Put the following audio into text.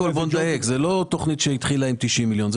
בואו נדייק: זה לא תוכנית שהתחילה עם 90 מיליון שקל.